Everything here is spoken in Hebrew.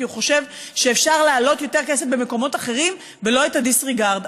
כי הוא חושב שאפשר להעלות יותר כסף במקומות אחרים ולא את ה-disregard.